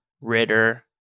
Ritter